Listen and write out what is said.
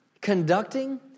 conducting